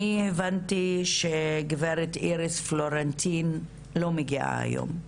אני הבנתי שהגברת איריס פלורנטין לא מגיעה היום.